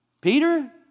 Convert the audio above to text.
Peter